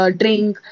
drink